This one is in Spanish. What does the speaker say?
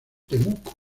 temuco